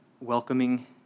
welcoming